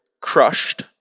crushed